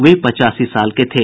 वे पचासी साल के थे